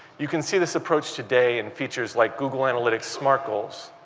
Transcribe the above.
you can see this approach today in features like google analytics smart goals,